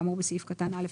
כאמור בסעיף קטן א',